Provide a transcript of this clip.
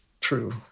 true